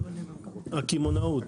הקמעונאות והמזון.